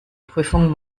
prüfung